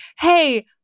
hey